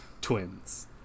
Twins